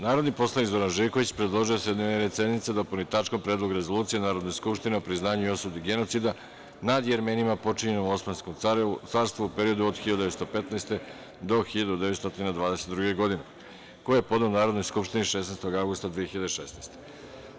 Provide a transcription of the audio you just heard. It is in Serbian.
Narodni poslanik Zoran Živković, predložio je da se dnevni red sednice dopuni tačkom - Predlog rezolucije Narodne skupštine o priznanju i osudi genocida nad Jermenima počinjenim u Osmanskom carstvu u periodu od 1915. do 1922. godine, koji je podneo Narodnoj skupštini 16. avgusta 2016. godine.